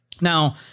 now